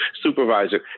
supervisor